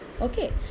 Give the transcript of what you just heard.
okay